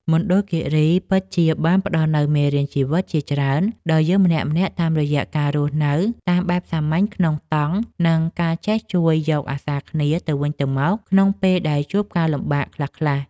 មណ្ឌលគីរីពិតជាបានផ្តល់នូវមេរៀនជីវិតជាច្រើនដល់យើងម្នាក់ៗតាមរយៈការរស់នៅតាមបែបសាមញ្ញក្នុងតង់ និង ការចេះជួយយកអាសារគ្នាទៅវិញទៅមកក្នុងពេលដែលជួបការលំបាកខ្លះៗ។